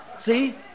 See